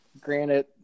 Granted